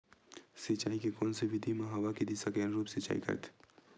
सिंचाई के कोन से विधि म हवा के दिशा के अनुरूप सिंचाई करथे?